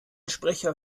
sprecher